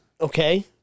Okay